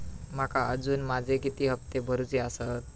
माका अजून माझे किती हप्ते भरूचे आसत?